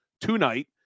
tonight